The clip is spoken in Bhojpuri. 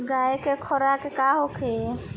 गाय के खुराक का होखे?